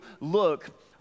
look